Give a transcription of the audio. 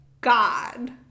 god